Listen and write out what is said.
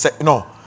no